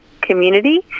community